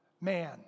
man